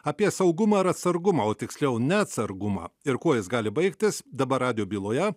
apie saugumą ar atsargumą o tiksliau neatsargumą ir kuo jis gali baigtis dabar radijo byloje